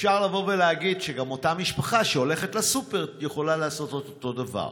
אפשר לבוא ולהגיד שאותה משפחה שהולכת לסופר יכולה לעשות את אותו דבר.